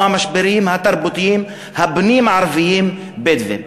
המשברים התרבותיים הפנים ערביים-בדואיים.